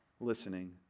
listening